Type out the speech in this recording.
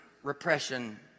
Repression